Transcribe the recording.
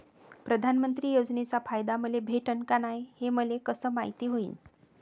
प्रधानमंत्री योजनेचा फायदा मले भेटनं का नाय, हे मले कस मायती होईन?